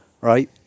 Right